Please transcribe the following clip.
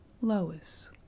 Lois